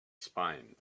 spine